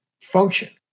function